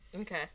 Okay